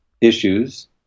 issues